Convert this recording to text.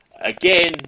again